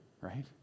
right